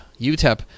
UTEP